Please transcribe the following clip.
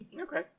Okay